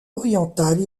orientale